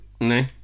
No